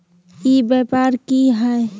ई व्यापार की हाय?